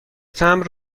تمبر